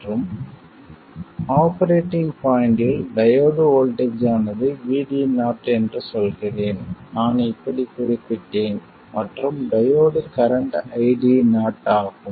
மற்றும் ஆபரேட்டிங் பாய்ண்ட்டில் diode voltage ஆனது VD0 என்று சொல்கிறேன் நான் இப்படிக் குறிப்பிட்டேன் மற்றும் டையோடு கரண்ட் ID0 ஆகும்